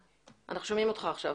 עכשיו,